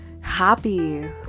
happy